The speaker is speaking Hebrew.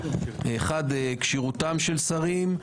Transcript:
אחד כשירותם של שרים,